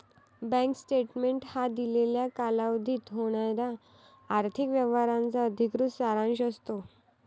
bank statement हा दिलेल्या कालावधीत होणाऱ्या आर्थिक व्यवहारांचा अधिकृत सारांश असतो